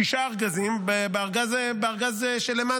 בשישה ארגזים, בארגז שלמטה.